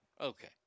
Okay